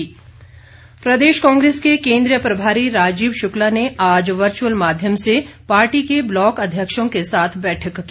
कांग्रेस प्रदेश कांग्रेस के केन्द्रीय प्रभारी राजीव शुक्ला ने आज वर्चुअल माध्यम से पार्टी के ब्लॉक अध्यक्षों के साथ बैठक की